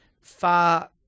far